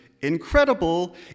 incredible